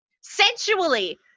Sensually